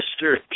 Mr